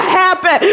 happen